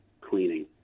cleaning